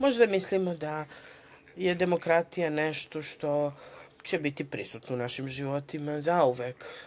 Možda mislimo da je demokratija nešto što će biti prisutno u našim života zauvek.